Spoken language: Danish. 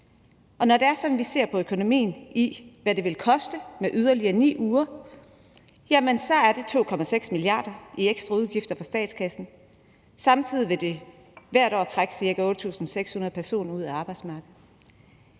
Og når vi ser på økonomien i, hvad det vil koste med yderligere 9 uger, så kan vi se, at det er 2,6 mia. kr. i ekstra udgifter for statskassen. Samtidig vil det hvert år trække ca. 8.600 personer ud af arbejdsmarkedet.